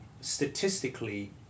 statistically